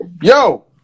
yo